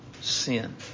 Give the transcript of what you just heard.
sin